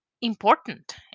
important